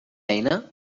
eina